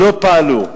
לא פעלו.